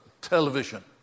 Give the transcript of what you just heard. television